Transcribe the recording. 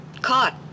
caught